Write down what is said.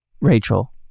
Rachel